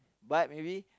but maybe